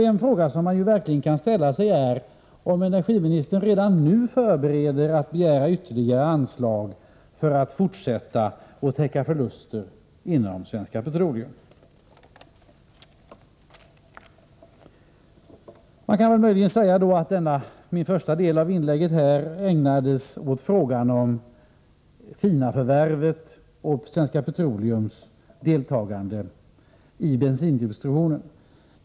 En fråga som man måste ställa är, om energiministern redan nu förbereder begäran om ytterligare anslag för att fortsätta täcka förluster inom Svenska Petroleum. Man kan säga att denna min första del av inlägget ägnas åt frågan om Fina-förvärvet och Svenska Petroleums deltagande i bensindistributionen.